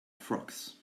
frocks